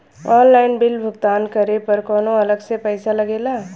Online bill भुगतान करे पर कौनो अलग से पईसा लगेला?